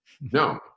No